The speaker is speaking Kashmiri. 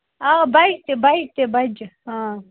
آ بایکہِ بایکہِ بَجہِ